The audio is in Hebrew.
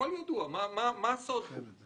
מה הסוד פה?